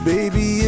Baby